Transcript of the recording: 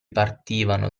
partivano